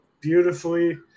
beautifully